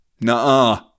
nah